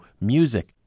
music